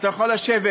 אתה יכול לשבת